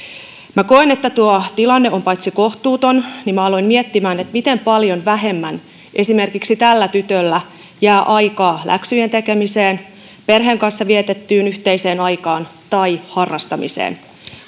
että koen että tuo tilanne on kohtuuton aloin miettimään miten paljon vähemmän tällä tytöllä jää aikaa läksyjen tekemiseen perheen kanssa vietettyyn yhteiseen aikaan tai harrastamiseen